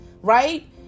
right